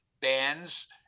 bands